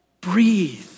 breathe